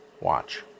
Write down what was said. Watch